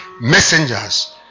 messengers